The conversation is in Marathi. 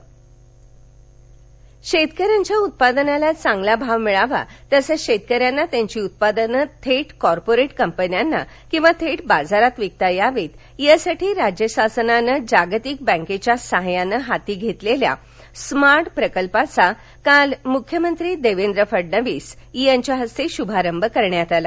स्मार्ट प्रकल्प शेतकऱ्यांच्या उत्पादनाला चांगला भाव मिळावा तसंच शेतकऱ्यांना त्यांची उत्पादनं थेट कॉर्पोरेट कंपन्यांना किंवा थेट बाजारात विकता यावीत यासाठी राज्य शासनानं जागतिक बँकेच्या सहाय्यानं हाती घेतलेल्या स्मार्ट प्रकल्पाचा काल मुख्यमंत्री देवेंद्र फडणवीस यांच्या हस्ते शुभारंभ करण्यात आला